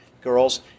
girls